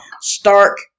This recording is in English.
stark